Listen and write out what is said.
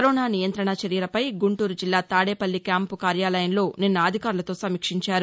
corona నియంత్రణ చర్యలపై గుంటూరు జిల్లా తాదేపల్లి క్యాంపు కార్యాలయంలో నిన్న అధికారులతో సమీక్షించారు